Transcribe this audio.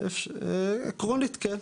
עקרונית כן,